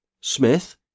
smith